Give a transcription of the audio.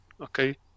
okay